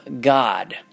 God